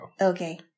Okay